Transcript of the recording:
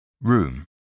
Room